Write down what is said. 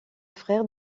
frère